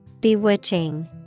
Bewitching